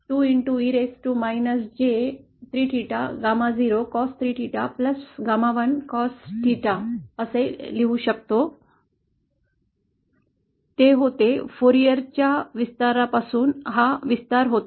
e raised to gamma0 cos 3 theta gamma 1 cos theta लिहू शकता ते होते फोरियर च्या विस्तारापासून हा विस्तार होता